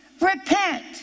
Repent